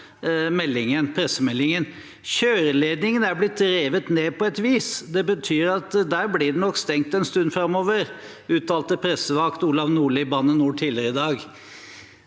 «Kjøreledningen er blitt revet ned på et vis. Det betyr at der blir det nok stengt en stund framover.» Det uttalte pressevakt Olav Nordli i Bane NOR. Er det